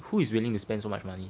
who is willing to spend so much money